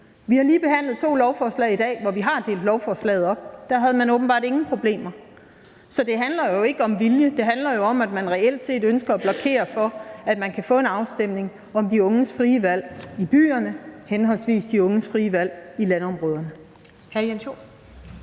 Vi har lige behandlet to lovforslag i dag, hvor vi har delt lovforslaget op – der havde man åbenbart ingen problemer. Så det handler jo ikke om vilje; det handler jo om, at man reelt set ønsker at blokere for, at man kan få en afstemning om henholdsvis de unges frie valg i byerne og de unges frie valg i landområderne.